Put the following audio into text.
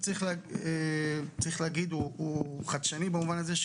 צריך להגיד הוא חדשני במובן הזה,